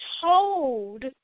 told